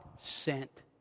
sent